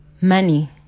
Money